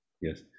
Yes